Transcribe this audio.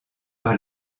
par